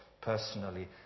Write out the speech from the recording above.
personally